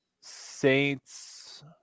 saints